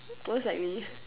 most likely